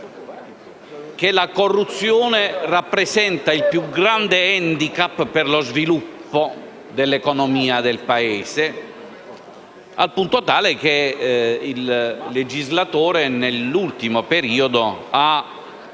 che la corruzione rappresenta il più grande *handicap* per lo sviluppo dell'economia del Paese, al punto tale che, nell'ultimo periodo,